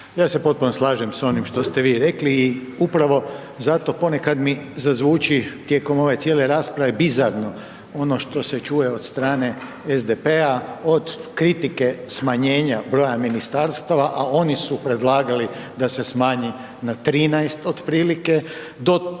Ja se potpuno slažem s onim što ste vi rekli i upravo zato ponekad mi zazvuči tijekom ove cijele rasprave bizarno ono što se čuje od strane SDP-a, od kritike smanjenja broja ministarstava, a oni su predlagali da se smanji na 13 otprilike, to